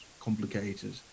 complicated